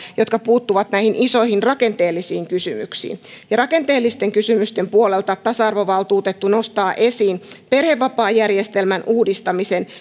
jotka puuttuvat näihin isoihin rakenteellisiin kysymyksiin rakenteellisten kysymysten puolelta tasa arvovaltuutettu nostaa esiin perhevapaajärjestelmän uudistamisen